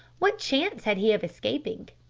what chance had he of escaping?